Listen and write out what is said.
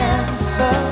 answer